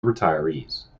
retirees